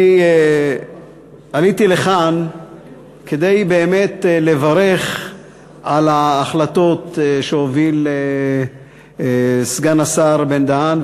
אני עליתי לכאן כדי באמת לברך על ההחלטות שהוביל סגן השר בן-דהן,